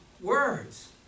words